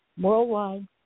worldwide